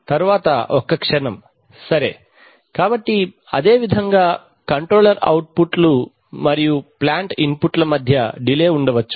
తరువాత ఒక్క క్షణం సరే కాబట్టి అదేవిధంగా కంట్రోలర్ అవుట్పుట్లు మరియు ప్లాంట్ ఇన్పుట్ల మధ్య డిలే ఉండవచ్చు